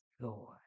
Lord